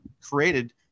created